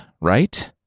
right